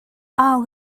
are